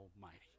Almighty